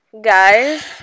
Guys